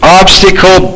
obstacle